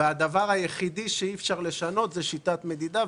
הדבר היחידי שאי אפשר לשנות הוא שיטת המדידה,